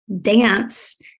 dance